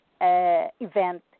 event